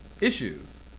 issues